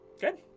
Good